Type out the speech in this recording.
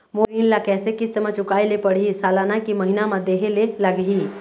मोर ऋण ला कैसे किस्त म चुकाए ले पढ़िही, सालाना की महीना मा देहे ले लागही?